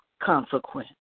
consequence